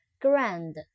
Grand